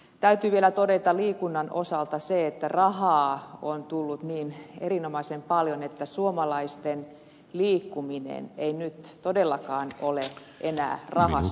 täytyy vielä todeta liikunnan osalta se että rahaa on tullut niin erinomaisen paljon että suomalaisten liikkuminen ei nyt todellakaan ole enää alas